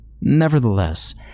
Nevertheless